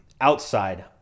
outside